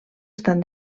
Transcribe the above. estan